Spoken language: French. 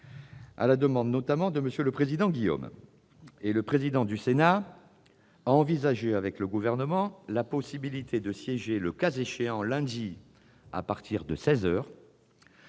à la demande notamment de M. le président Guillaume. Le président du Sénat a envisagé, avec le Gouvernement, la possibilité de siéger, le cas échéant, lundi à partir de